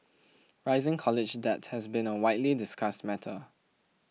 rising college debt has been a widely discussed matter